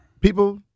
people